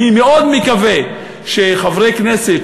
אני מאוד מקווה שחברי כנסת,